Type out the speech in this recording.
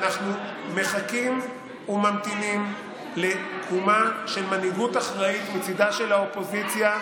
אנחנו מחכים וממתינים לקומה של מנהיגות אחראית מצידה של האופוזיציה,